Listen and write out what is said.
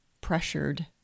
pressured